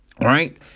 right